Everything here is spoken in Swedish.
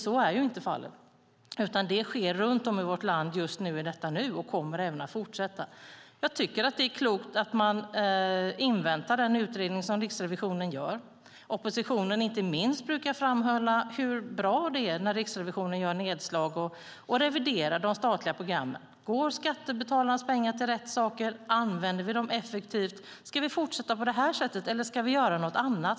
Så är inte fallet, utan det sker runt om i vårt land i detta nu och kommer även att fortsätta. Jag tycker att det är klokt att man inväntar den utredning som Riksrevisionen gör. Inte minst oppositionen brukar framhålla hur bra det är när Riksrevisionen gör nedslag och reviderar de statliga programmen. Går skattebetalarnas pengar till rätt saker? Använder vi dem effektivt? Ska vi fortsätta på det här sättet eller ska vi göra något annat?